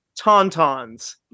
tauntauns